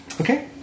Okay